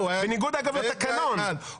בניגוד אגב לתקנון.